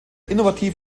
innovativ